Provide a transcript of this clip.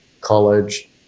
college